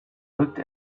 looked